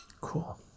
Cool